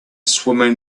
swimming